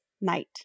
night